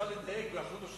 אפשר לדייק באחוז או שניים,